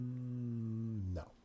No